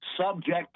subject